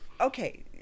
Okay